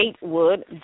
Gatewood